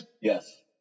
Yes